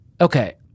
Okay